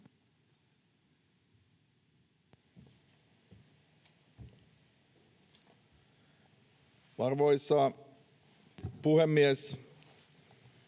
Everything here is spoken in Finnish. Arvoisa puhemies!